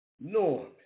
Norman